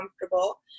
comfortable